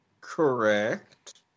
Correct